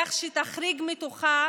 כך שתחריג מתוכה